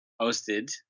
posted